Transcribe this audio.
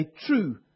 true